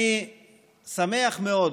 אני שמח מאוד